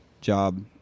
job